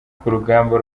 kurugamba